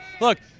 Look